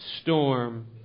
storm